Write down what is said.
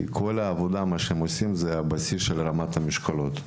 כי כל העבודה שהם עושים היא הבסיס של הרמת משקולות.